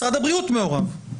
משרד הבריאות מעורב.